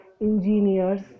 engineers